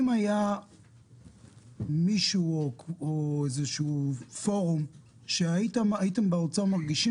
אם היה מישהו או איזשהו פורום שהייתם באוצר מרגישים